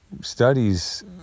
studies